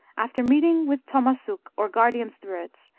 after meeting with tomassuk, or guardian spir its,